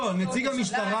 לא, נציג המשטרה.